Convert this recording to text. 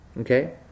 Okay